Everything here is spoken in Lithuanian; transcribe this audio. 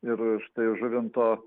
ir štai žuvinto